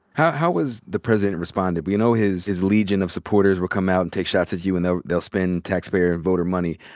how how has the president responded? we know his his legion of supporters will come out and take shots at you, and they'll spend taxpayer voter money.